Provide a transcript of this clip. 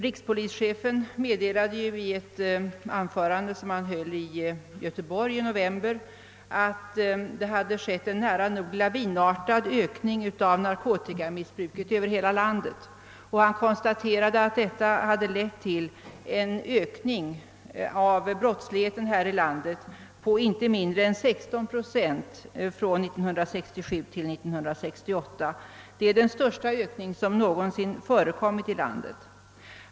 Rikspolischefen meddelade i ett anförande, som han höll i Göteborg i november, att det hade skett en nära nog lavinartad ökning av narkotikamissbruket över hela landet och att detta hade lett till en stegring av brottsligheten med inte mindre än 16 Procent från år 1967 till år 1968. Det är den största ökning som någonsin förekommit här i landet.